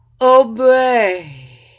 Obey